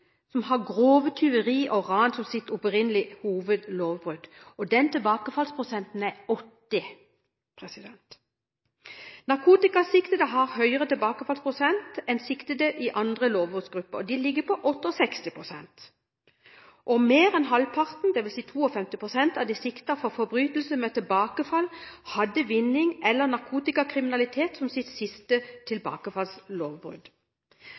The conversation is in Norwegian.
som har grovt tyveri og ran som sitt opprinnelige hovedlovbrudd, og den tilbakefallsprosenten er på 80 pst. Narkotikasiktede har høyere tilbakefallsprosent enn siktede i andre lovbruddsgrupper, og de ligger på 68 pst. Mer enn halvparten, dvs. 52 pst. av de siktede for forbrytelser med tilbakefall, hadde vinnings- eller narkotikakriminalitet som sitt siste